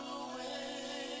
away